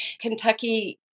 Kentucky